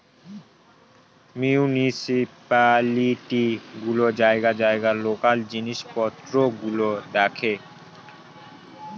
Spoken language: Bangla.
মিউনিসিপালিটি গুলো জায়গায় জায়গায় লোকাল জিনিস পত্র গুলো দেখে